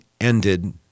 ended